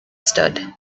stood